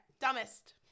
Dumbest